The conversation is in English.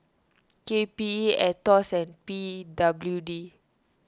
K P E Aetos P W D